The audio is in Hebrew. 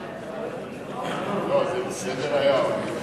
לא, זה בסדר-היום.